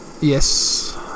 Yes